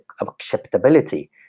acceptability